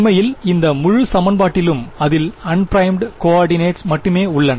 உண்மையில் இந்த முழு சமன்பாட்டிலும் அதில் அன்ப்ரைம்டு கோஆர்டினேட்டஸகள் மட்டுமே உள்ளன